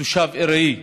תושב ארעי.